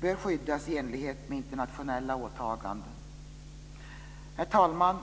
bör skyddas i enlighet med internationella åtaganden. Herr talman!